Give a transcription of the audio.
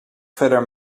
verder